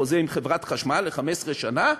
החוזה עם חברת חשמל ל-15 שנה,